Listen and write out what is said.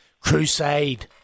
crusade